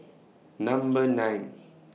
Number nine